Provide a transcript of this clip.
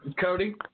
Cody